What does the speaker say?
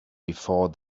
before